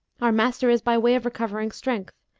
our master is by way of recovering strength,